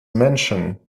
menschen